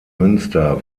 münster